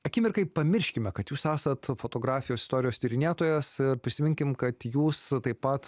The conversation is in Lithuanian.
akimirkai pamirškime kad jūs esat fotografijos istorijos tyrinėtojas prisiminkim kad jūs taip pat